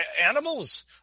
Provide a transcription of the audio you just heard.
animals